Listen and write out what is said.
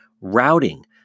routing